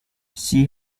she